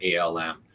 ALM